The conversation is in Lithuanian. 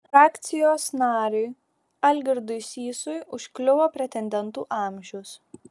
frakcijos nariui algirdui sysui užkliuvo pretendentų amžius